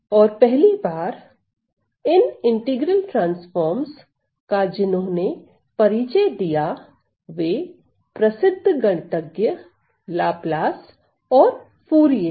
और पहली बार इन इंटीग्रल ट्रांसफॉर्म्स का जिन्होंने परिचय दिया वे प्रसिद्ध गणितज्ञ लाप्लास और फूरिये है